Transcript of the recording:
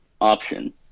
option